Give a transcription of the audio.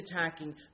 attacking